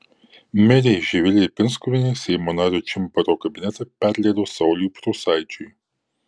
merė živilė pinskuvienė seimo nario čimbaro kabinetą perleido sauliui prūsaičiui